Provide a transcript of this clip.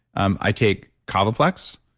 um i take kavaplex,